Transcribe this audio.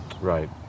Right